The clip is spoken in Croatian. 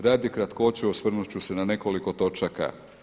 Radi kratkoće osvrnuti ću se na nekoliko točaka.